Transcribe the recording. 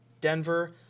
Denver